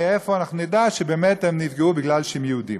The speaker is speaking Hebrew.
מאיפה אנחנו נדע שבאמת הם נפגעו בגלל שהם יהודים?